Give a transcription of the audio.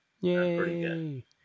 Yay